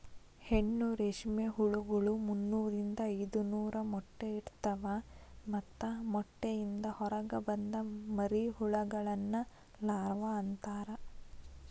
ಹೆಣ್ಣು ರೇಷ್ಮೆ ಹುಳಗಳು ಮುನ್ನೂರಿಂದ ಐದನೂರ ಮೊಟ್ಟೆ ಇಡ್ತವಾ ಮತ್ತ ಮೊಟ್ಟೆಯಿಂದ ಹೊರಗ ಬಂದ ಮರಿಹುಳಗಳನ್ನ ಲಾರ್ವ ಅಂತಾರ